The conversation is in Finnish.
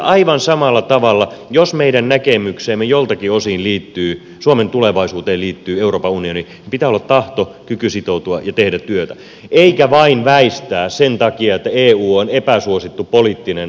aivan samalla tavalla jos meidän näkemykseemme suomen tulevaisuudesta joltakin osin liittyy euroopan unioni pitää olla tahto kyky sitoutua ja tehdä työtä eikä vain väistää sen takia että eu on epäsuosittu poliittinen asia